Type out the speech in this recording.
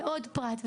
ועוד פרט,